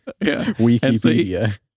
Wikipedia